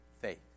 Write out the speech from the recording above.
faith